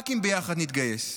רק אם ביחד נתגייס.